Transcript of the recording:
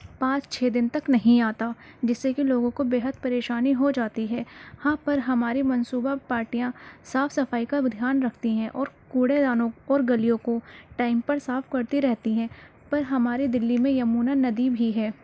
پانچ چھ دن تک نہیں آتا جس سے کہ لوگوں کو بےحد پریشانی ہو جاتی ہے ہاں پر ہماری منصوبہ پارٹیاں صاف صفائی کا وہ دھیان رکھتی ہیں اور کوڑے دانوں کو اور گلیوں کو ٹائم پر صاف کرتی رہتی ہیں پر ہمارے دلی میں یمنا ندی بھی ہے